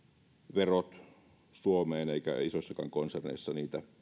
verot suomeen ja ettei vain isoissakaan konserneissa